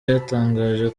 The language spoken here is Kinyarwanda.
yatangaje